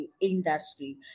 industry